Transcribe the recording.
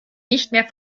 nicht